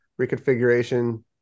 reconfiguration